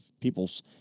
people's